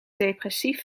depressief